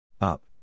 Up